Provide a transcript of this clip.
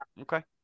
Okay